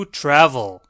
travel